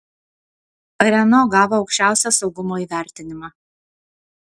renault gavo aukščiausią saugumo įvertinimą